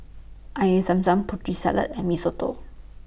Air Zam Zam Putri Salad and Mee Soto